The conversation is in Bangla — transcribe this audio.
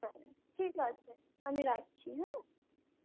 হ্যাঁ ঠিক আছে আমি রাখছি হ্যাঁ